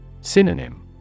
Synonym